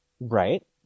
Right